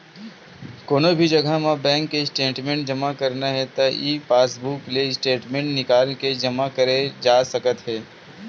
कोनो भी जघा म बेंक के स्टेटमेंट जमा करना हे त ई पासबूक ले स्टेटमेंट निकाल के जमा करे जा सकत हे